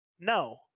No